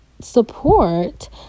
support